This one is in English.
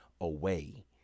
away